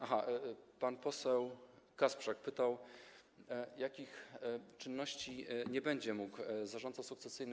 Aha, pan poseł Kasprzak pytał, jakich czynności nie będzie mógł wykonywać zarządca sukcesyjny.